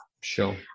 sure